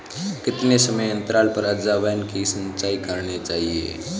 कितने समयांतराल पर अजवायन की सिंचाई करनी चाहिए?